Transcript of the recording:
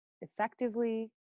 effectively